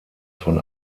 von